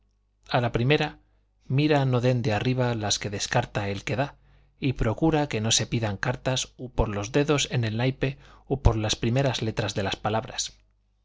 a la primera mira no den de arriba las que descarta el que da y procura que no se pidan cartas u por los dedos en el naipe u por las primeras letras de las palabras